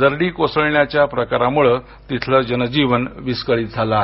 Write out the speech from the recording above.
दरडी कोसळण्याच्या प्रकारामुळ तिथलं जनजीवन विस्कळीत झालं आहे